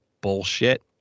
bullshit